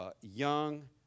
young